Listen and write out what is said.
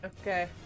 Okay